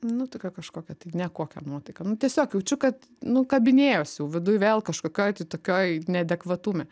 nu tokia kažkokia tai nekokia nuotaika nu tiesiog jaučiu kad nu kabinėjuosi jau viduj vėl kažkokioj tai tokioj neadekvatumo